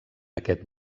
aquest